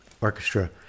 orchestra